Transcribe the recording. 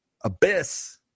abyss